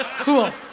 ah cool,